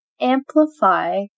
amplify